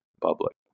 public